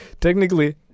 Technically